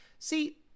see